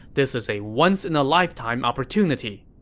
this is a once-in-a-lifetime opportunity.